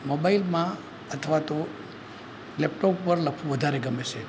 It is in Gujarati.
મોબાઈલમાં અથવા તો લૅપટૉપ ઉપર લખવું વધારે ગમે છે